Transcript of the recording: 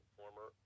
former